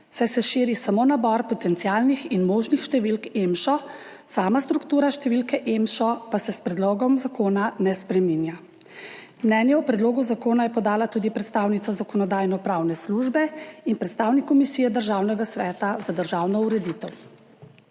saj se širi samo nabor potencialnih in možnih številk EMŠO, sama struktura številke EMŠO pa se s predlogom zakona ne spreminja. Mnenje o predlogu zakona je podala tudi predstavnica Zakonodajno-pravne službe in predstavnik Komisije Državnega sveta za državno ureditev.